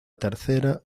tercera